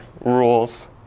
rules